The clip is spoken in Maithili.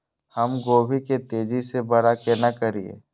हम गोभी के तेजी से बड़ा केना करिए?